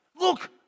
look